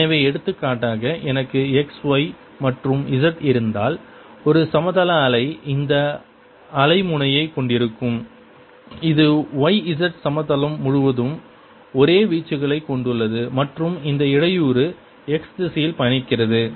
எனவே எடுத்துக்காட்டாக எனக்கு xy மற்றும் z இருந்தால் ஒரு சமதள அலை இந்த அலைமுனையைக் கொண்டிருக்கும் இது yz சமதளம் முழுவதும் ஒரே வீச்சுகளைக் கொண்டுள்ளது மற்றும் இந்த இடையூறு x திசையில் பயணிக்கிறது